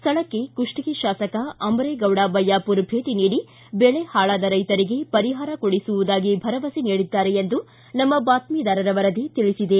ಸ್ಥಳಕ್ಕೆ ಕುಷ್ಪಗಿ ಶಾಸಕ ಅಮರೇಗೌಡ ಬಯ್ಯಾಪೂರ ಭೇಟ ನೀಡಿ ಬೆಳೆ ಹಾಳಾದ ರೈತರಿಗೆ ಪರಿಹಾರ ಕೊಡಿಸುವುದಾಗಿ ಭರವಸೆ ನೀಡಿದ್ದಾರೆ ಎಂದು ನಮ್ನ ಬಾತ್ತಿದಾರರ ವರದಿ ತಿಳಿಸಿದೆ